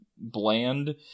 bland